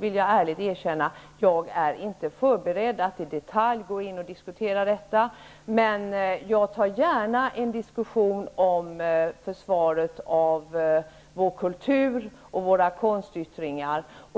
vill jag ärligt erkänna att jag inte är förberedd att i detalj gå in och diskutera den. Men jag tar gärna en diskussion om försvaret av vår kultur och våra konstyttringar.